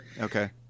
Okay